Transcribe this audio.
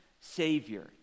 Savior